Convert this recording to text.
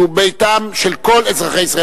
שהיא ביתם של כל אזרחי ישראל.